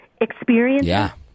experiences